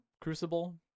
crucible